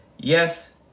Yes